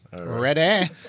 Ready